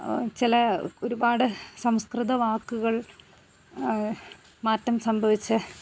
ചില ഒരുപാട് സംസ്കൃത വാക്കുകൾ മാറ്റം സംഭവിച്ചു